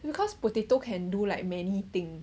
because potato can do like many thing